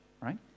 right